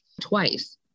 twice